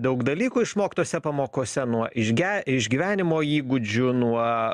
daug dalykų išmokt tose pamokose nuo ižge išgyvenimo įgūdžių nuo